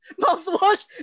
mouthwash